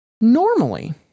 normally